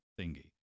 thingy